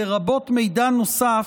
לרבות מידע נוסף,